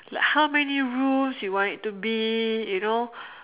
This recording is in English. like how many rooms you want it to be you know